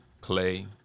Clay